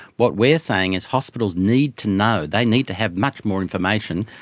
what we are saying is hospitals need to know, they need to have much more information.